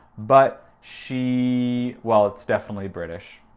but she. well it's definitely british,